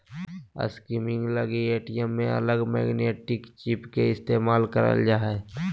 skimming लगी ATM में लगल मैग्नेटिक चिप के इस्तेमाल कइल जा हइ